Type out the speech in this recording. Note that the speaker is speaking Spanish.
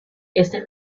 este